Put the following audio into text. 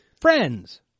friends